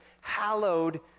hallowed